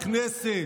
בכנסת.